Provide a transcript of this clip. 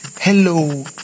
Hello